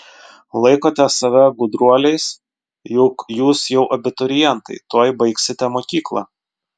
laikote save gudruoliais juk jūs jau abiturientai tuoj baigsite mokyklą